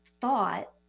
thought